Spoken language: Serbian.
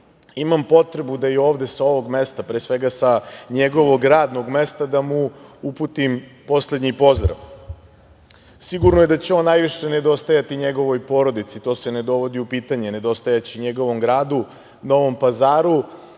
imam potrebu da i ovde sa ovog mesta, pre svega sa njegovog radnog mesta, da mu uputim poslednji pozdrav. Sigurno je da će on najviše nedostajati njegovoj porodici, to se ne dovodi u pitanje, nedostajaće njegovom gradu Novom Pazaru,